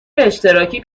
اشتراکی